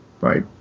Right